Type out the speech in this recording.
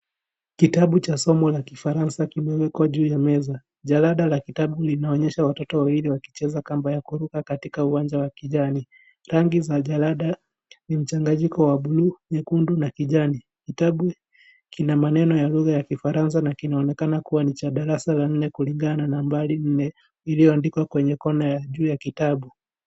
Kitabu cha somo la kifaransa kimewekwa juu ya meza jalada la kitabu linaoyesha watoto wawili wakicheza kamba ya kuruka katika uwanja wa kijani. Rangi za jalada ni mchanganyiko wa bluu, nyekundu na kijani kitabu kina maneno ya lugha ya kifaransa na kinaonekana kuwa ni cha darasa la nne kulingana na nambari iliyoandikwa kona ya juu ya kitabu.